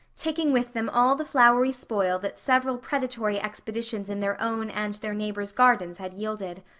taking with them all the flowery spoil that several predatory expeditions in their own and their neighbors' gardens had yielded.